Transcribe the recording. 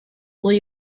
will